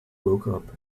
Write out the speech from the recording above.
woke